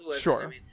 sure